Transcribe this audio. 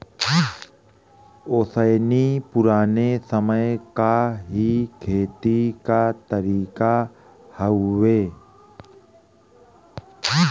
ओसैनी पुराने समय क ही खेती क तरीका हउवे